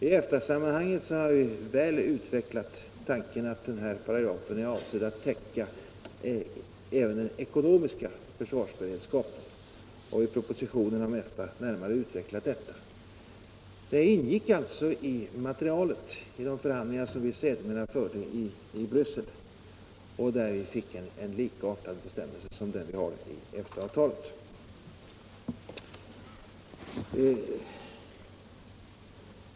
I EFTA-sammanhang har vi väl utvecklat tanken att den här paragrafen är avsedd att täcka även den ekonomiska försvarsberedskapen. I propositionen om EFTA har vi närmare utvecklat detta. Det ingick alltså i materialet i de förhandlingar som vi sedermera förde i Bryssel, och där vi fick en bestämmelse liknande den som vi har i EFTA avtalet.